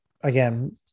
again